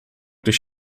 durch